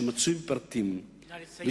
שמצוי בפרטים, נא לסיים.